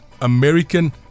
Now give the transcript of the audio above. American